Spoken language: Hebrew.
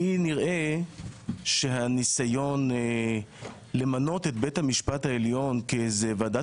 לי נראה שהניסיון למנות את בית המשפט העליון כאיזו ועדת